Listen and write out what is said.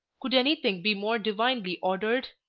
could anything be more divinely ordered?